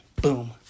Boom